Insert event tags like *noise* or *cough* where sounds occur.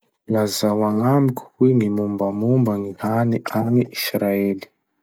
Lazao agnamiko hoe gny mombamomba gny hany *noise* agny Israely?